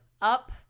up